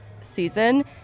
season